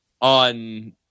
on